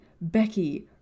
Becky